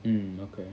mm okay